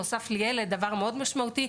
נוסף לילד דבר מאוד משמעותי.